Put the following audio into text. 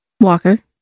Walker